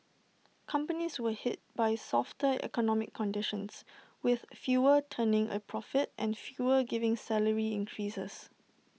companies were hit by softer economic conditions with fewer turning A profit and fewer giving salary increases